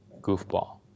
goofball